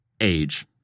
age